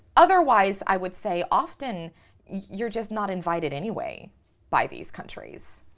otherwise i would say often you're just not invited anyway by these countries.